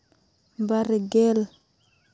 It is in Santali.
ᱵᱟᱨ ᱜᱮᱞ